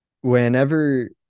whenever